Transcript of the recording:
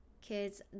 kids